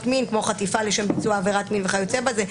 מין כמו חטיפה לשם ביצוע עבירת מין וכיוצא בזה.